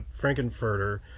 frankenfurter